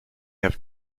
have